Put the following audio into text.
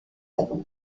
avant